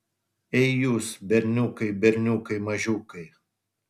ei jūs berniukai berniukai mažiukai